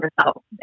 results